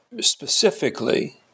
specifically